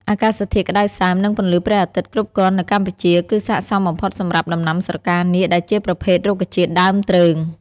អាកាសធាតុក្តៅសើម និងពន្លឺព្រះអាទិត្យគ្រប់គ្រាន់នៅកម្ពុជាគឺស័ក្តិសមបំផុតសម្រាប់ដំណាំស្រកានាគដែលជាប្រភេទរុក្ខជាតិដើមទ្រើង។